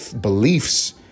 beliefs